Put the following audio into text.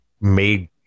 made